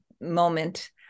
moment